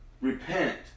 Repent